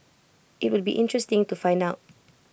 IT would be interesting to find out